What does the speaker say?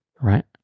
Right